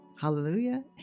Hallelujah